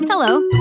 Hello